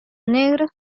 negros